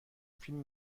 فیلم